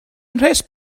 mhres